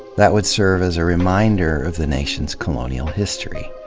that would serve as a reminder of the nation's colonial history.